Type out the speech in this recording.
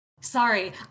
Sorry